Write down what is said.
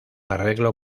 arreglo